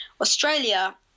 australia